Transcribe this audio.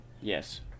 Yes